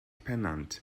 pennant